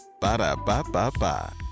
Ba-da-ba-ba-ba